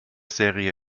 serie